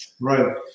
Right